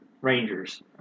rangers